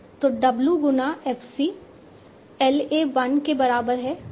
तो w गुना f c LA 1 के बराबर है